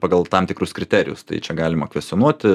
pagal tam tikrus kriterijus tai čia galima kvestionuoti